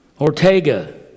Ortega